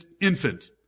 infant